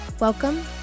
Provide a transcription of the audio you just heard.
Welcome